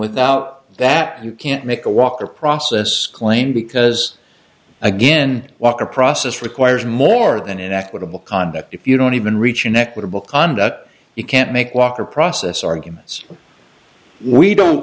without that you can't make a walker process claim because again walker process requires more than an equitable conduct if you don't even reach an equitable conduct you can't make walk or process arguments we don't